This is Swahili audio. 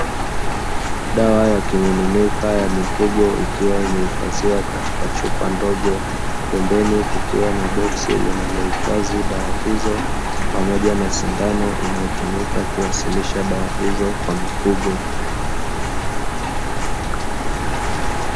Dawa ya kimiminika iliyohifadhiwa katika chupa ndogo, pembeni kukiwa na boksi linalohifadhi dawa hizo, pamoja na sindano inayotumika kuwasilisha dawa hizo Kwa mifugo.